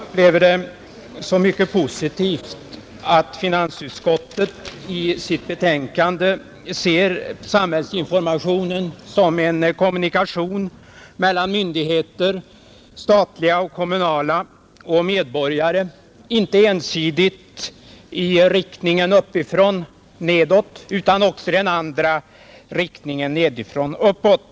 Herr talman! Jag upplever det som mycket positivt att finansutskottet i sitt betänkande ser samhällsinformationen som en kommunikation mellan myndigheter — statliga och kommunala — och medborgarna, inte ensidigt i riktning uppifrån och nedåt utan också i den andra riktningen: nedifrån uppåt.